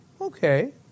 okay